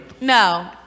No